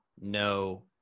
no